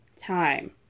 time